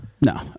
no